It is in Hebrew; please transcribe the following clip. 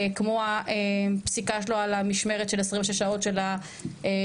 כמו הפסיקה שלו על המשמרת של 26 שעות של הרופאים,